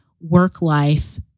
work-life